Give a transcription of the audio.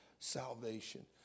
Salvation